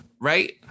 right